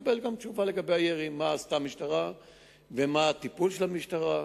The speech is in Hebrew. תקבל תשובה מה עשתה המשטרה ומה הטיפול של המשטרה.